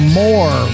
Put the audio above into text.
more